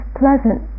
pleasant